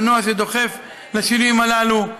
המנוע שדוחף את השינויים הללו,